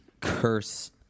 curse